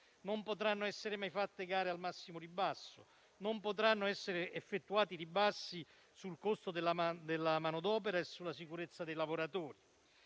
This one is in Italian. Non potranno essere mai fatte gare al massimo ribasso, né essere effettuati ribassi sul costo della manodopera e sulla sicurezza dei lavoratori.